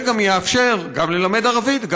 זה יאפשר גם ללמד ערבית,